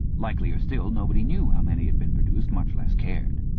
likelier still, nobody knew how many had been produced, much less cared.